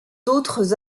d’autres